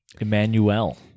Emmanuel